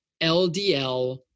LDL